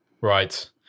Right